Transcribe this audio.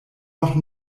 noch